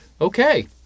Okay